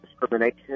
discrimination